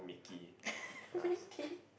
Mickey